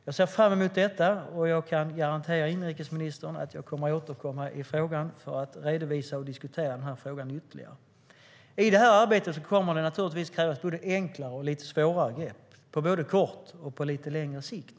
Jag ser fram emot detta och kan garantera inrikesministern att jag kommer att återkomma i frågan för att diskutera den ytterligare. I det här arbetet kommer det naturligtvis att krävas både enklare och lite svårare grepp, naturligtvis på både kort och lite längre sikt.